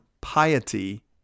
piety